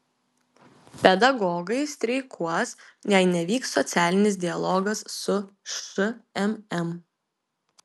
pedagogai streikuos jei nevyks socialinis dialogas su šmm